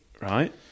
right